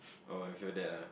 oh with your dad ah